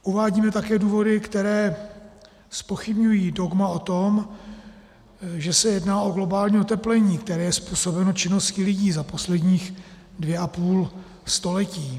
Uvádíme také důvody, které zpochybňují dogma o tom, že se jedná o globální oteplení, které je způsobeno činností lidí za poslední dvě a půl století.